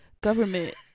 government